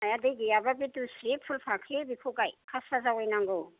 हाया दै गैयाबा बे दुस्रि फुल फाख्रि बेखौ गाय खासिया जावैनांगौ